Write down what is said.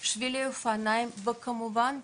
עם שבילי אופניים וכמובן,